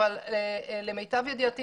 אבל למיטב ידיעתי,